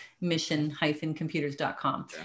mission-computers.com